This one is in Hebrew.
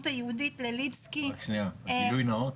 גילוי נאות,